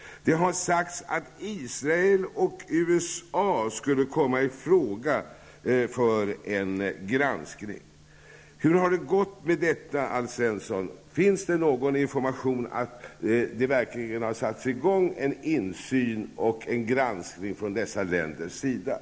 Det har sagts att Israel och USA skulle komma i fråga för en granskning. Hur har det gått med detta, Alf Svensson? Finns det några uppgifter om att man från dessa länder har satt i gång en granskning och har insyn?